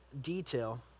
detail